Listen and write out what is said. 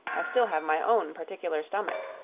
i still have my own particular stomach.